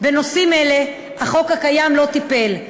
בנושאים אלה החוק הקיים לא טיפל.